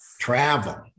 travel